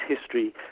history